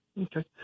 Okay